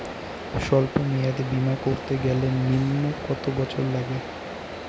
সল্প মেয়াদী বীমা করতে গেলে নিম্ন কত বছর লাগে?